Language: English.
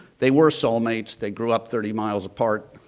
they were soul mates. they grow up thirty miles apart.